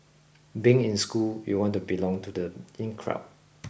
being in school you want to belong to the in crowd